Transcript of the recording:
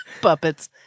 Puppets